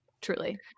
Truly